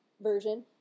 version